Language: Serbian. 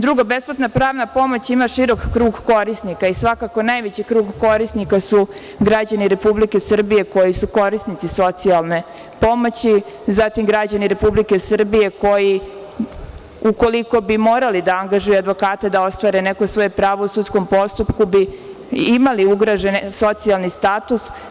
Drugo, besplatna pravna pomoć ima širok krug korisnika i svakako najveći krug korisnika su građani Republike Srbije koji su korisnici socijalne pomoći, zatim građani Republike Srbije koji ukoliko bi morali da angažuju advokata da ostvare neko svoje pravo u sudskom postupku bi imali ugroženi socijalni status.